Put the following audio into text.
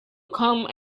come